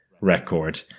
record